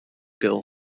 girl